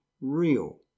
real